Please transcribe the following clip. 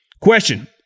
Question